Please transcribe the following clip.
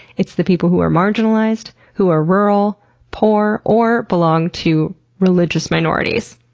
it's the people who are marginalized, who are rural, poor, or belong to religious minorities.